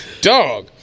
Dog